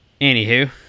anywho